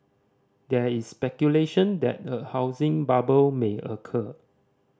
there is speculation that a housing bubble may occur